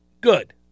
good